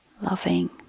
Loving